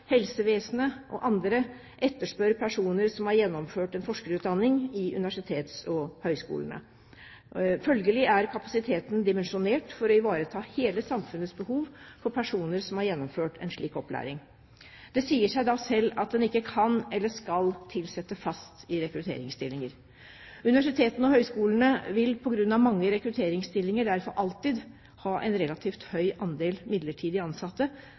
helsevesenet og andre etterspør personer som har gjennomført en forskerutdanning ved universitet eller høgskole. Følgelig er kapasiteten dimensjonert for å ivareta hele samfunnets behov for personer som har gjennomført en slik opplæring. Det sier seg da selv at en ikke kan eller skal tilsette fast i rekrutteringsstillinger. Universitetene og høgskolene vil derfor, på grunn av mange rekrutteringsstillinger, alltid ha en relativt høy andel midlertidig ansatte